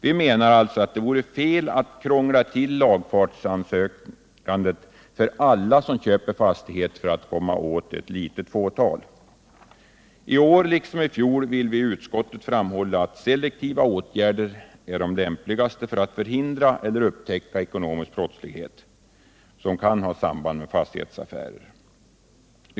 Vi menar att det är fel att krångla till lagfartsansökandet för alla dem som köper en fastighet bara för att komma åt ett litet fåtal. Vi framhåller i utskottet i år, liksom vi gjorde i fjol, att selektiva åtgärder är lämpligast när det gäller att upptäcka eller förhindra ekonomisk brottslighet som kan ha samband med fastighetsaffärer.